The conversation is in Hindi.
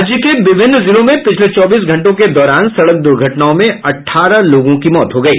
राज्य में विभिन्न जिलों में पिछले चौबीस घंटों के दौरान सड़क दूर्घटनाओं में अठारह लोगों की मौत हो गयी